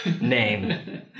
name